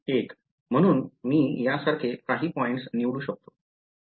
१ म्हणून मी यासारखे काही पॉईंट्स निवडू शकतो